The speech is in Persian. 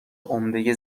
عمده